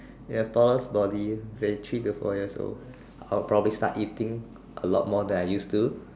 they are tallest body they three to four years old I'll probably start eating a lot more than I used to